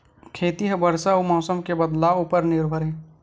खेती हा बरसा अउ मौसम के बदलाव उपर निर्भर हे